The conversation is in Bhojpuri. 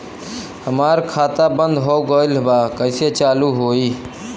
हमार खाता बंद हो गईल बा कैसे चालू होई?